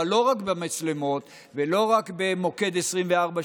אבל לא רק במצלמות ולא רק במוקד 24/7,